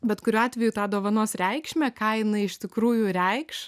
bet kuriuo atveju tą dovanos reikšmę ką jinai iš tikrųjų reikš